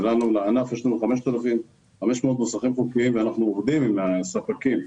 ויש לנו 5,500 מוסכים חוקיים ואנחנו עובדים עם ספקים,